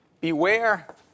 beware